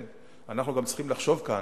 אנחנו גם צריכים לחשוב כאן,